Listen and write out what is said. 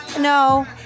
No